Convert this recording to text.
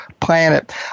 planet